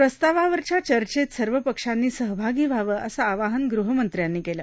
प्रस्तावावरच्याल चर्चेत सर्व पक्षांनी सहभागी व्हावं असं आवाहन गृहमंत्र्यांनी केलं